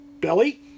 belly